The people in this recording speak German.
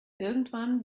irgendwann